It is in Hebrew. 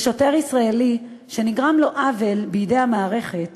לשוטר ישראלי שנגרם לו עוול בידי המערכת